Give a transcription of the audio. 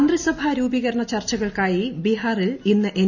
മന്ത്രിസഭ രൂപീകരണ് ചർച്ചകൾക്കായി ബിഹാറിൽ ഇന്ന് എൻ